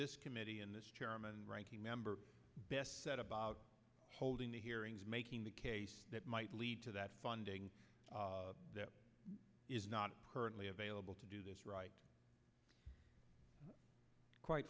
this committee and this chairman ranking member best set about holding the hearings making the case that might lead to that funding that is not personally available to do this right quite